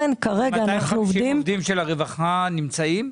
250 עובדים של הרווחה נמצאים?